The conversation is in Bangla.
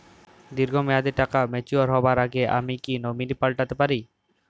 দীর্ঘ মেয়াদি টাকা ম্যাচিউর হবার আগে আমি কি নমিনি পাল্টা তে পারি?